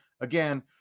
Again